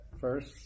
first